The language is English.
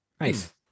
Nice